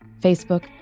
Facebook